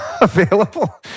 available